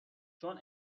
چون